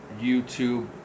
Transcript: YouTube